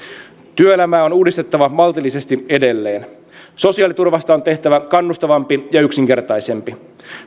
työelämää on uudistettava maltillisesti edelleen sosiaaliturvasta on tehtävä kannustavampi ja yksinkertaisempi